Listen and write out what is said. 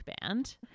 band